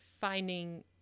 finding